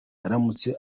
aramutse